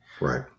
Right